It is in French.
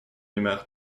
humeur